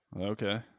Okay